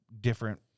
different